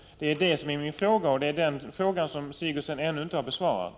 Det är alltså det som är min fråga, och det är den frågan som Gertrud Sigurdsen ännu inte har besvarat.